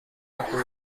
aku